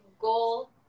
goal